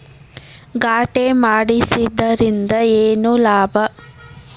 ಖಾತೆ ಮಾಡಿಸಿದ್ದರಿಂದ ಏನು ಲಾಭ?